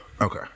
Okay